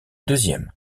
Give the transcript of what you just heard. deuxième